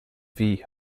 wie